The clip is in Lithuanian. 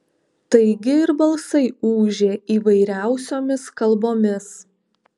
taigi ir balsai ūžė įvairiausiomis kalbomis